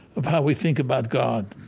of how we think about god.